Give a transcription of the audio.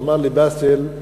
אמר לי: באסל,